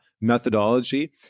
methodology